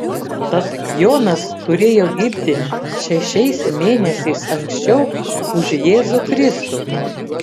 tad jonas turėjo gimti šešiais mėnesiais anksčiau už jėzų kristų